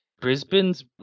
Brisbane's